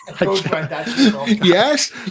yes